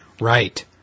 Right